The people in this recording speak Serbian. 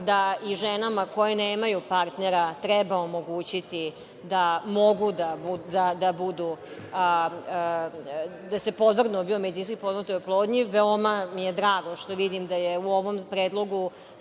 da i ženama koje nemaju partnera treba omogućiti da mogu da se podvrgnu biomedicinski potpomognutoj oplodnji. Veoma mi je drago što vidim da je u ovom predlogu